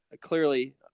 clearly